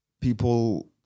people